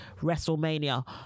Wrestlemania